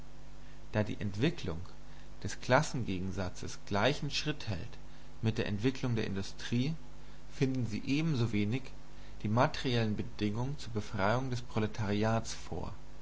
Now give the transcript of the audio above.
da die entwicklung des klassengegensatzes gleichen schritt hält mit der entwicklung der industrie finden sie ebensowenig die materiellen bedingungen zur befreiung des proletariats vor